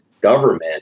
government